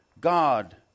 God